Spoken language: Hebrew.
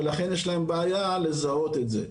ולכן יש להם בעיה לזהות את זה.